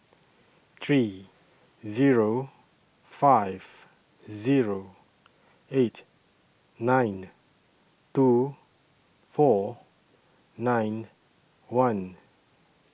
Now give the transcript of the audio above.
three Zero five Zero eight nine two four nine one